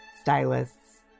stylists